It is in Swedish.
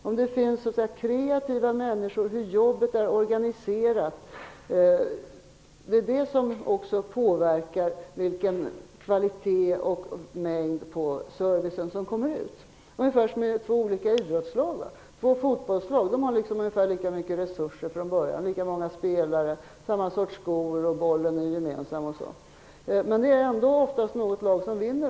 Om människor är kreativa och hur ett jobb är organiserat påverkar också kvaliteten och den mängd service som blir resultatet. Det fungerar på ungefär samma sätt som med två olika fotbollslag. De har på ett ungefär lika mycket resurser från början, samma antal spelare, samma sorts skor och bollen har de gemensamt etc., men ändå är det oftast något lag som vinner.